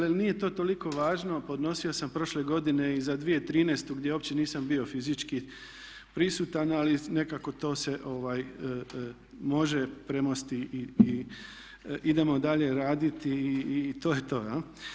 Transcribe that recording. Ali nije to toliko važno, podnosio sam prošle godine i za 2013. gdje uopće nisam bio fizički prisutan ali nekako to se može premostiti i idemo dalje raditi, i to je to, jel'